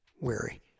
weary